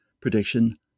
prediction